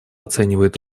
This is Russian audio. оценивает